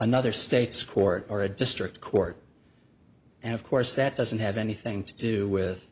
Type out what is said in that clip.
another state's court or a district court and of course that doesn't have anything to do with